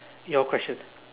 your question